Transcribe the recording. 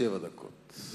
שבע דקות.